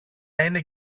είναι